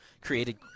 created